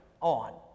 on